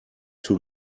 too